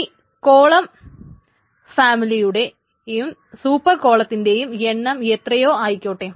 ഇനി കോളം ഫാമിലിയുടെയും സൂപ്പർ കോളത്തിന്റെയും എണ്ണം എത്രയോ ആയിക്കൊട്ടേ